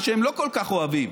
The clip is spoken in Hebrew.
מה שהם לא כל כך אוהבים,